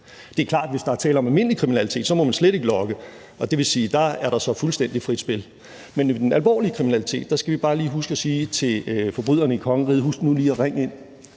Det er klart, at hvis der er tale om almindelig kriminalitet, må man slet ikke logge, og det vil sige, at der er der så fuldstændig frit spil. Men ved den alvorlige kriminalitet skal vi bare lige huske at sige til forbryderne i kongeriget: Husk nu lige at ringe ind.